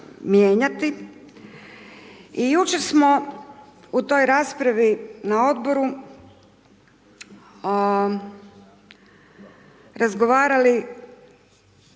I jučer smo u toj raspravi na Odboru, razgovarali